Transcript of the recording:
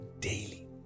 daily